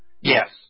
Yes